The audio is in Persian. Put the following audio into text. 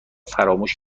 فراموش